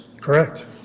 Correct